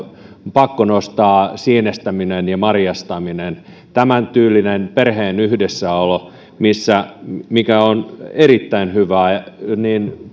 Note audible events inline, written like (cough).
pakko nostaa sienestäminen ja marjastaminen tämäntyylinen perheen yhdessäolo mikä on erittäin hyvää niin (unintelligible)